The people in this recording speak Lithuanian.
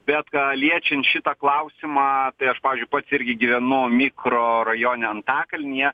bet ką liečiant šitą klausimą tai aš pavyzdžiui pats irgi gyvenu mikrorajone antakalnyje